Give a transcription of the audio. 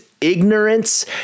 Ignorance